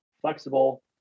flexible